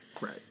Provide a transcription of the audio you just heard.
Right